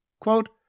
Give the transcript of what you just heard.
Quote